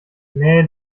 nee